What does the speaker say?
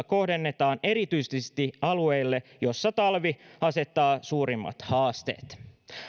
kohdennetaan erityisesti alueille joilla talvi asettaa suurimmat haasteet